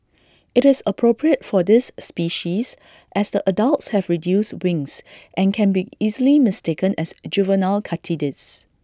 IT is appropriate for this species as the adults have reduced wings and can be easily mistaken as juvenile katydids